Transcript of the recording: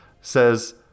says